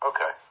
Okay